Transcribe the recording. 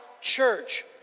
church